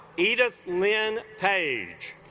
edith lynn page